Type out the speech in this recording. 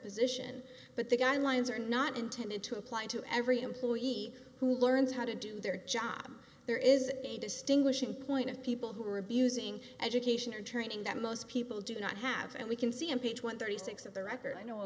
position but the guidelines are not intended to apply to every employee who learns how to do their job there is a distinguishing point of people who are abusing education or training that most people do not have and we can see impeach one thirty six of the record i know a